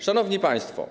Szanowni Państwo!